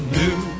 new